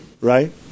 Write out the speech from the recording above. Right